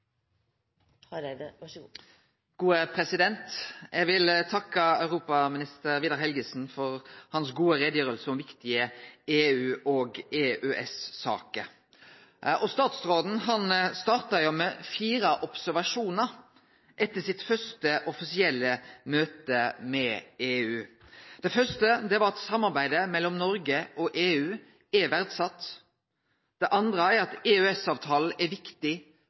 Statsråden starta med fire observasjonar etter sitt første offisielle møte med EU. Det første var at samarbeidet mellom Noreg og EU er verdsett. Det andre er at EØS-avtalen er viktig